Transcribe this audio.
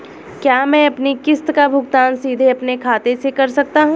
क्या मैं अपनी किश्त का भुगतान सीधे अपने खाते से कर सकता हूँ?